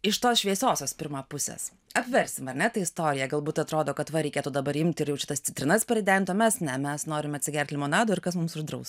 iš tos šviesiosios pirma pusės apversime ar ne ta istorija galbūt atrodo kad va reikėtų dabar imti ir jau šitas citrinas parident o mes ne mes norim atsigert limonado ir kas mums uždraus